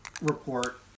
Report